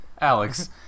Alex